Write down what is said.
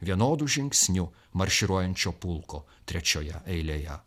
vienodu žingsniu marširuojančio pulko trečioje eilėje